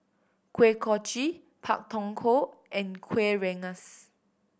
Kuih Kochi Pak Thong Ko and Kueh Rengas